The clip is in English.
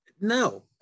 No